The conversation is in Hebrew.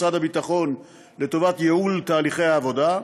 משרד הביטחון לטובת ייעול תהליכי העבודה,